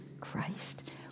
Christ